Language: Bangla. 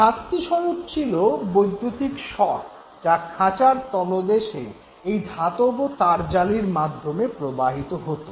শাস্তিস্বরূপ ছিল বৈদ্যুতিক শক যা খাঁচার তলদেশে এই ধাতব তারজালির মাধ্যমে প্রবাহিত হত